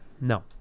no